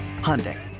Hyundai